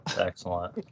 Excellent